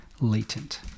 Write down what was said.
latent